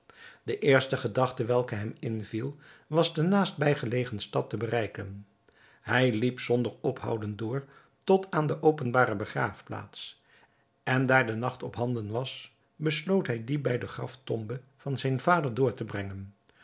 de eerste gedachte welke hem inviel was de naastbij gelegen stad te bereiken hij liep zonder ophouden door tot aan de openbare begraafplaats en daar de nacht ophanden was besloot hij dien bij de graftombe van zijn vader door te brengen